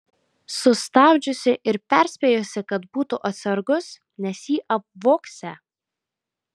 sustabdžiusi ir perspėjusi kad būtų atsargus nes jį apvogsią